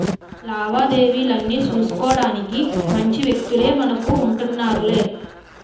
లావాదేవీలన్నీ సూసుకోడానికి మంచి వ్యక్తులే మనకు ఉంటన్నారులే